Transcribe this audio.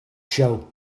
show